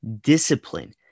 Discipline